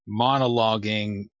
monologuing